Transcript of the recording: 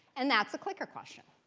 and that's a clicker question.